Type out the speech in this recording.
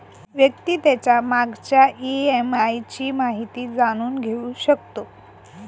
व्यक्ती त्याच्या मागच्या ई.एम.आय ची माहिती जाणून घेऊ शकतो